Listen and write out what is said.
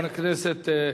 חבר הכנסת.